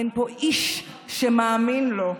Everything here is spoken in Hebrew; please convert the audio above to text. אין פה איש שמאמין לו.